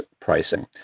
pricing